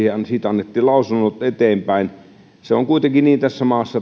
ja annettiin lausunnot eteenpäin se on tässä maassa